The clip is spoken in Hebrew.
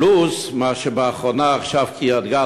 פלוס מה שבאחרונה עכשיו: קריית-גת,